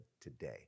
today